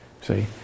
See